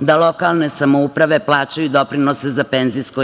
da lokalne samouprave plaćaju doprinose za PIO